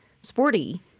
sporty